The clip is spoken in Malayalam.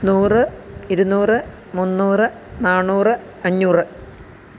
നൂറ് ഇരുന്നൂറ് മുന്നൂറ് നാന്നൂറ് അഞ്ഞൂറ്